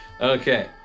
Okay